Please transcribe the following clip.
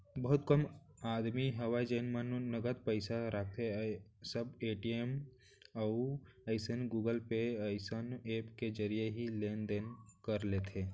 बहुते कम आदमी हवय जेन मन नगद पइसा राखथें सब ए.टी.एम अउ अइसने गुगल पे असन ऐप के जरिए ही लेन देन कर लेथे